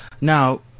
Now